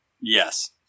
Yes